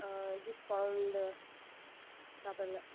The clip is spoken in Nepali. डिस्काउन्ट तपाईँलाई